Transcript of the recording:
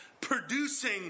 producing